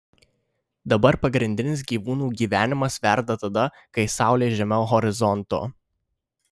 dabar pagrindinis gyvūnų gyvenimas verda tada kai saulė žemiau horizonto